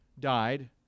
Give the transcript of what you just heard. died